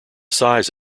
size